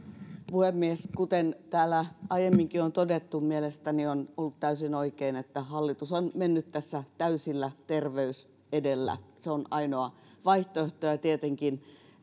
puhemies kuten täällä aiemminkin on todettu mielestäni on ollut täysin oikein että hallitus on mennyt tässä täysillä terveys edellä se on ainoa vaihtoehto ja tietenkin